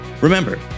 Remember